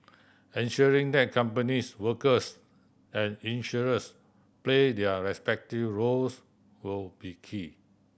ensuring that companies workers and insurers play their respective roles will be key